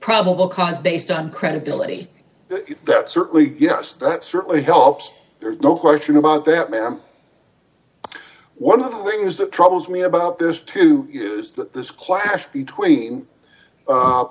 probable cause based on credibility that certainly yes that certainly helps there's no question about that ma'am one of the things that troubles me about this too is that this clash between